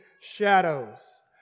shadows